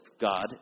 God